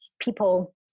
people